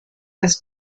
das